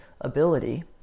ability